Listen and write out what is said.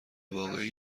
واقعی